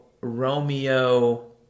Romeo